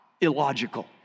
illogical